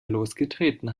losgetreten